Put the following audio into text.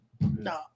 no